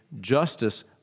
justice